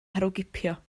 herwgipio